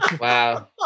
Wow